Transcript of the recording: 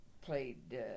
played